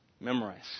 Memorize